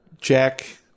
Jack